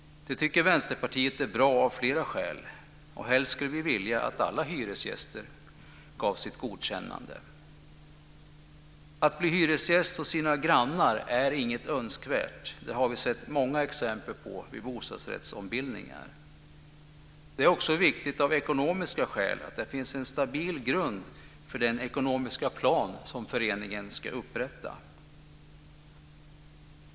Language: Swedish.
Det tycker Vänsterpartiet är bra av flera skäl. Helst skulle vi vilja att alla hyresgäster gav sitt godkännande. Att bli hyresgäst hos sina grannar är inget önskvärt. Det har vi sett många exempel på vid bostadsrättsombildningar. Det är också viktigt av ekonomiska skäl att det finns en stabil grund för den ekonomiska plan som föreningen ska upprätta.